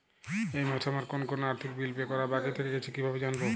এই মাসে আমার কোন কোন আর্থিক বিল পে করা বাকী থেকে গেছে কীভাবে জানব?